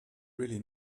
really